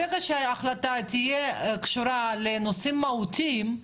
ברגע שההחלטה תהיה קשורה לנושא מהותי,